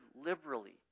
liberally